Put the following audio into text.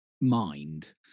mind